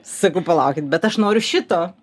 sakau palaukit bet aš noriu šito